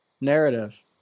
narrative